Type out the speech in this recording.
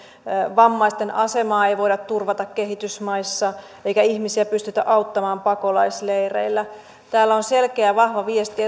vammaisten asemaa ei voida turvata kehitysmaissa eikä ihmisiä pystytä auttamaan pakolaisleireillä täällä on tullut selkeä vahva viesti